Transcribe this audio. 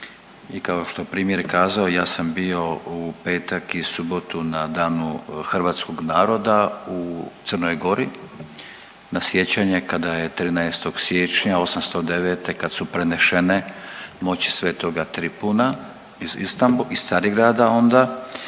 i kao što je primjer kazao, ja sam bio u petak i subotu na danu hrvatskog naroda u Crnoj Gori na sjećanje kada je 13. siječnja 809., kad su prenešene moći sv. Tripuna iz